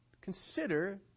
consider